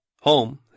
Home